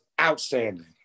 outstanding